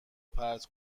پرت